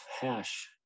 hash